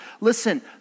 listen